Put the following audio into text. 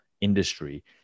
industry